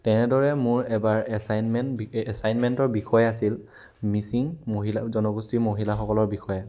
তেনেদৰে মোৰ এবাৰ এছাইনমেন্ট এছাইনমেন্টৰ বিষয় আছিল মিচিং মহিলা জনগোষ্ঠীৰ মহিলাসকলৰ বিষয়ে